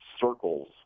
circles